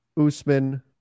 Usman